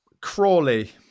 Crawley